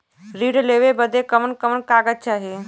ऋण लेवे बदे कवन कवन कागज चाही?